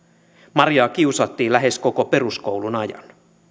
mariaa kiusattiin lähes koko peruskoulun ajan